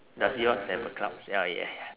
does yours have a clouds ya yeah ya